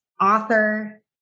author